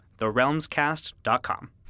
therealmscast.com